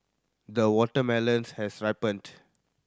the watermelon has ripened